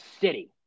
City